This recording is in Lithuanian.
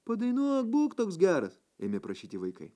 padainuok būk toks geras ėmė prašyti vaikai